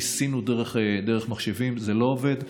ניסינו דרך מחשבים, זה לא עובד.